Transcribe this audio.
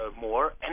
more